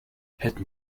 hätten